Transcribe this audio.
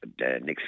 next